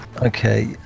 Okay